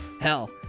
Hell